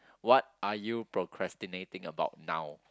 what are you procrastinating about now